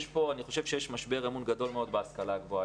אני חושב שהיום יש משבר אמון גדול מאוד בהשכלה הגבוהה.